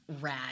rad